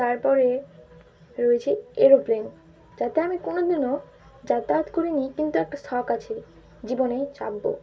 তারপরে রয়েছে এরোপ্লেন যাতে আমি কোনোদিনও যাতায়াত করিনি কিন্তু একটা শখ আছে জীবনে চাপবো